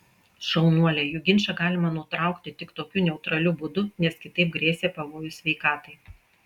šaunuolė jų ginčą galima nutraukti tik tokiu neutraliu būdu nes kitaip grėsė pavojus sveikatai